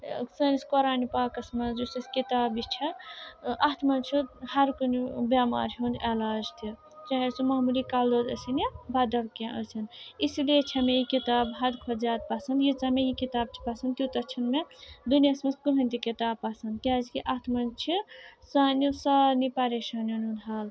ٲں سٲنِس قۄرانِ پاکَس منٛز یُس اسہِ کِتاب یہِ چھِ ٲں اَتھ منٛز چھُ ہر کُنہِ بیٚمارِ ہُنٛد علاج تہِ چاہے سُہ معموٗلی کَلہٕ دود ٲسِن یا بَدَل کیٚنٛہہ ٲسِنۍ اِسی لیے چھِ مےٚ یہِ کِتاب حد کھۄتہٕ زیادٕ پَسنٛد ییٖژاہ مےٚ یہِ کِتاب چھِ پسنٛد تیٛوٗتاہ چھُنہٕ مےٚ دُنیاہَس منٛز کٕہٲنۍ تہِ کِتاب پسنٛد کیٛازِ کہِ اَتھ منٛز چھِ سانیٚن سارنٕے پریشٲنیَن ہُنٛد حل